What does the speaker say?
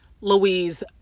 Louise